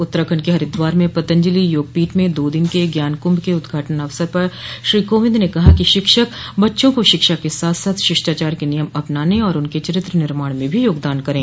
उत्तराखंड के हरिद्वार में पतंजलि योगपीठ में दो दिन के ज्ञान कुंभ के उद्घाटन अवसर पर श्री कोविंद ने कहा कि शिक्षक बच्चों को शिक्षा के साथ साथ शिष्टाचार के नियम अपनाने और उनके चरित्र निर्माण में भी योगदान करें